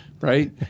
right